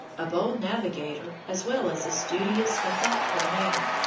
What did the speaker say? a bold navigator as well as a studious and thoughtful man.